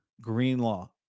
Greenlaw